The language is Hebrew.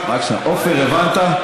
עפר, הבנת?